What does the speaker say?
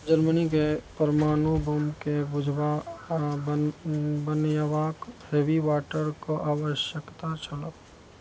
जर्मनीके परमाणु बमके बूझबा आओर बन बनयबाक हैवी वाटरके आवश्यकता छल